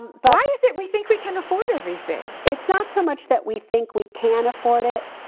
but why is it we think we can afford everything? it's not so much that we think we can afford it.